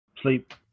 Sleep